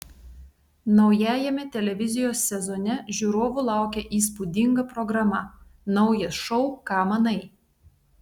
naujajame televizijos sezone žiūrovų laukia įspūdinga programa naujas šou ką manai